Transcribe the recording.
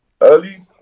Early